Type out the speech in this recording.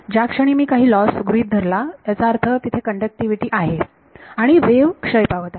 ज्या क्षणी मी काही लॉस गृहीत धरला याचा अर्थ तेथे कण्डक्टिविटी आहे आणि वेव्ह क्षय पावत आहे